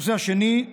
הנושא השני,